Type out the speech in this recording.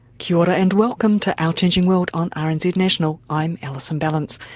kia ora and welcome to our changing world on ah rnz national, i'm alison ballance.